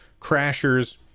Crashers